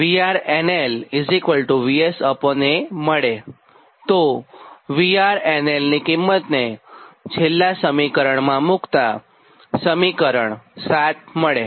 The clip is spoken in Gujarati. તો VRNL VSA મળેતો VRNL ની કિંમતને છેલ્લા સમીકરણમાં મુક્તાં સમીકરણ 7 મળે